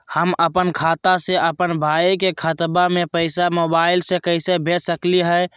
हम अपन खाता से अपन भाई के खतवा में पैसा मोबाईल से कैसे भेज सकली हई?